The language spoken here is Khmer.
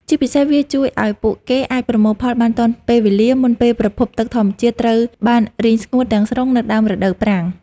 ជាពិសេសវាជួយឱ្យពួកគេអាចប្រមូលផលបានទាន់ពេលវេលាមុនពេលប្រភពទឹកធម្មជាតិត្រូវបានរីងស្ងួតទាំងស្រុងនៅដើមរដូវប្រាំង។